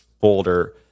folder